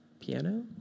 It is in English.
piano